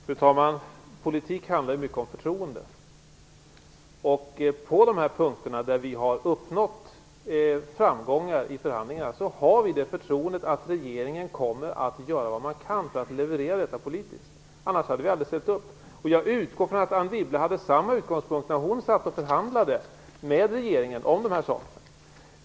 Fru talman! Politik handlar mycket om förtroende, och vad gäller de punkter där vi har uppnått framgångar i förhandlingarna har vi förtroende för att regeringen kommer att göra vad man kan för att leverera detta politiskt. I annat fall hade vi inte ställt upp. Jag utgår från att Anne Wibble hade samma utgångspunkt när hon satt och förhandlade om dessa saker med regeringen.